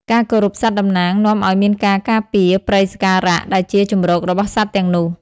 ការគោរពសត្វតំណាងនាំឱ្យមានការការពារ "ព្រៃសក្ការៈ" ដែលជាជម្រករបស់សត្វទាំងនោះ។